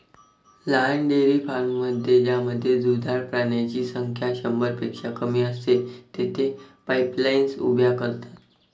लहान डेअरी फार्ममध्ये ज्यामध्ये दुधाळ प्राण्यांची संख्या शंभरपेक्षा कमी असते, तेथे पाईपलाईन्स उभ्या करतात